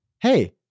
hey